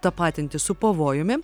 tapatinti su pavojumi